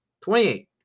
28